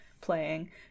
playing